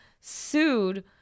sued